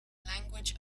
language